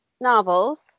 novels